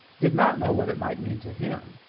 did not know what it might mean to him.